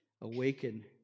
Awaken